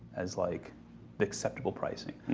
as like the acceptable pricing.